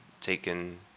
taken